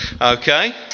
Okay